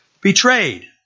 betrayed